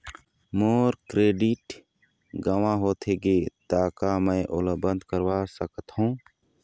मोर credit गंवा होथे गे ता का मैं ओला बंद करवा सकथों?